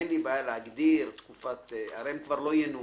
אין לי בעיה להגדיר תקופת הרי הם כבר לא ינוקא,